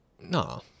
No